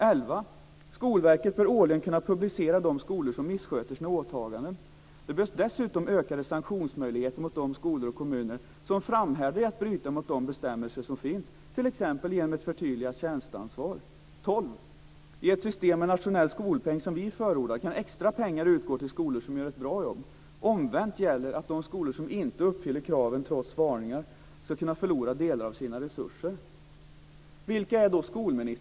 11.Skolverket bör årligen kunna publicera de skolor som missköter sina åtaganden. Det behövs dessutom ökade sanktionsmöjligheter mot de skolor och kommuner som framhärdar i att bryta mot de bestämmelser som finns, t.ex. genom ett förtydligat tjänsteansvar. 12.I ett system med nationell skolpeng som vi förordar kan extra pengar utgå till skolor som gör ett bra jobb. Omvänt gäller att de skolor som inte uppfyller kraven trots varningar ska kunna förlora delar av sina resurser.